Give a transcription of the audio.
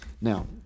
Now